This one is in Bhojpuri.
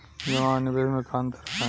जमा आ निवेश में का अंतर ह?